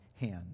hand